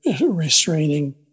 restraining